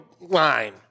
Line